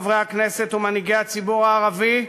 חברי הכנסת ומנהיגי הציבור הערבי,